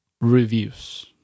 reviews